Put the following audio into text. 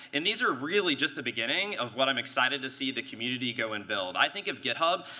and these are really just the beginning of what i'm excited to see the community go and build. i think of github,